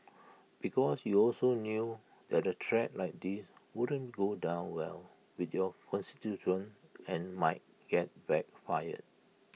because you also knew that A threat like this wouldn't go down well with your constituents and might get black fire